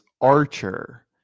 archer